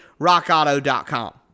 rockauto.com